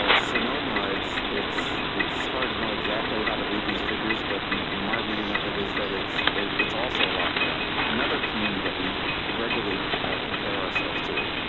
ah sonoma, it's it's hard to know exactly how to read these figures, but my reading of it, is that it's it's also a lot more, another community that we regularly compare ourselves to.